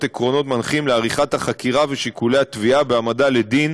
עקרונות מנחים לעריכת החקירה ושיקולי התביעה בהעמדה לדין